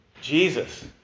Jesus